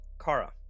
Kara